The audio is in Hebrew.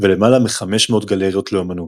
ולמעלה מ-500 גלריות לאמנות.